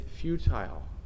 futile